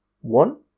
one